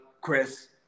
Chris